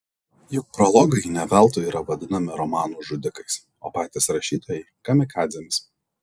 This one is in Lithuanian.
juk prologai ne veltui yra vadinami romanų žudikais o patys rašytojai kamikadzėmis